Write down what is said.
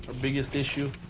ah biggest issue.